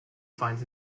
finds